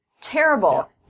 terrible